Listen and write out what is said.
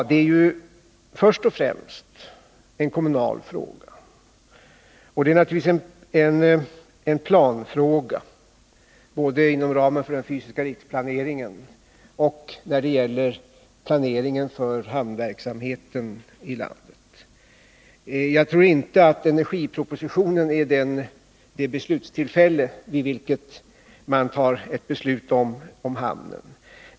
Det är först och främst en kommunal fråga, och det är naturligtvis en planfråga både inom ramen för den fysiska riksplaneringen och när det gäller planeringen för hamnverksamheten i landet. Jag tror inte att behandlingen av energipropositionen är det beslutstillfälle vid vilket man tar ett beslut om hamnen.